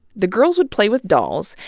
the girls would play with dolls,